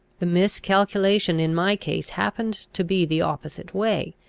the miscalculation in my case happened to be the opposite way,